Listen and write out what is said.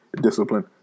discipline